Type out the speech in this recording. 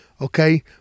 okay